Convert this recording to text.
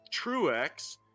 Truex